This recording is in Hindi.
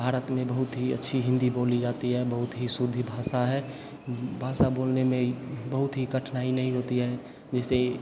भारत में बहुत ही अच्छी हिंदी बोली जाती है बहुत ही शुद्ध भाषा है भाषा बोलने में बहुत ही कठिनाई नहीं होती है जैसे